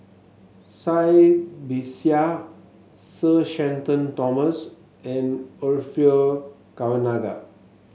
Cai Bixia Sir Shenton Thomas and Orfeur Cavenagh